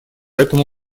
этому